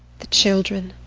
the children,